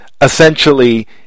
essentially